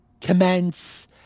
commence